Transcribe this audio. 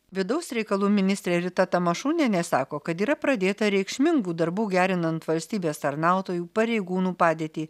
vidaus reikalų ministrė rita tamašūnienė sako kad yra pradėta reikšmingų darbų gerinant valstybės tarnautojų pareigūnų padėtį